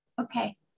Okay